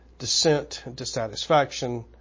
dissent and dissatisfaction